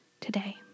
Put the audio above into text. today